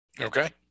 Okay